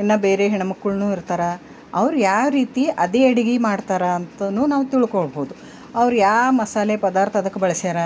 ಇನ್ನು ಬೇರೆ ಹೆಣ್ಣು ಮಕ್ಕಳೂ ಇರ್ತಾರೆ ಅವ್ರು ಯಾವರೀತಿ ಅದೇ ಅಡುಗೆ ಮಾಡ್ತಾರೆ ಅಂತಲೂ ನಾವು ತಿಳ್ಕೊಳಬೌದು ಅವ್ರು ಯಾವ ಮಸಾಲೆ ಪದಾರ್ಥ ಅದಕ್ಕೆ ಬಳಸ್ಯಾರ